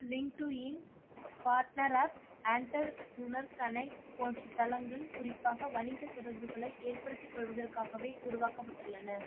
LinkedIn partner up entrepreneur connect போன்ற தளங்கள் குறிப்பாக வணிகத் தொடர்புகளை ஏற்படுத்திக் கொள்வதற்காகவே உருவாக்கப்பட்டுள்ளன